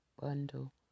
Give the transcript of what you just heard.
bundle